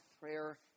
prayer